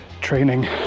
training